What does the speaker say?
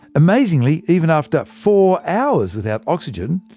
amazingly, even after four hours without oxygen,